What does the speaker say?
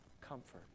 Comfort